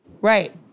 Right